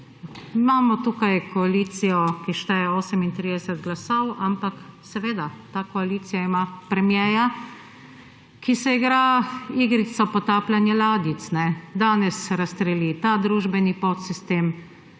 imamo tukaj koalicijo, ki šteje 38 glasov, ampak ta koalicija ima premierja, ki se igra igrico potapljanja ladjic. Danes razstreli ta družbeni podsistem,